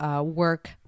work